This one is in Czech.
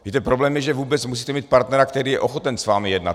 Víte, problém je, že vůbec musíte mít partnera, který je ochoten s vámi jednat.